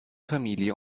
familie